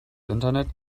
internet